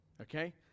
Okay